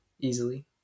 easily